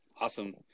Awesome